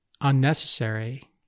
unnecessary